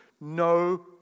no